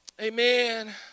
amen